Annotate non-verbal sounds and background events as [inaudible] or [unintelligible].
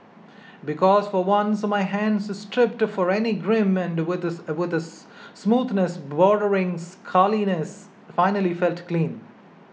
because for once my hands stripped for any grime and [unintelligible] smoothness bordering scaliness finally felt clean